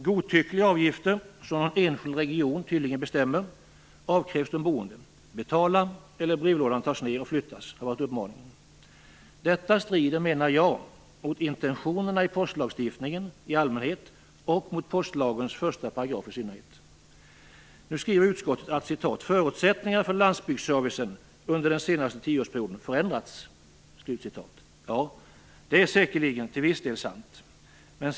Godtyckliga avgifter, som någon enskild region tydligen bestämmer, avkrävs de boende. Betala, eller brevlådan tas ned och flyttas, har varit uppmaningen. Detta strider, menar jag, mot intentionerna i postlagstiftningen i allmänhet och mot postlagens första paragraf i synnerhet. Nu skriver utskottet att "förutsättningarna för landsbygdsservicen under den senaste tioårsperioden förändrats." Ja, det är säkerligen, till viss del, sant.